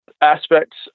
aspects